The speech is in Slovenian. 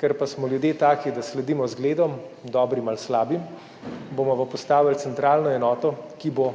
Ker pa smo ljudje taki, da sledimo zgledom, dobrim ali slabim, bomo pa postavili centralno enoto, ki bo